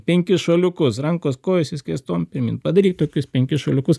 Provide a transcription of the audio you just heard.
penkis šuoliukus rankos kojos išskėstom pini padaryk tokius penkis šuoliukus